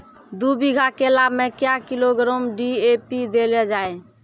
दू बीघा केला मैं क्या किलोग्राम डी.ए.पी देले जाय?